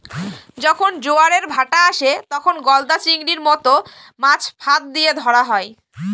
যখন জোয়ারের ভাঁটা আসে, তখন গলদা চিংড়ির মত মাছ ফাঁদ দিয়ে ধরা হয়